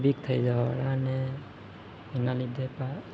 week થઈ જવાવાળાને એના લીધે પ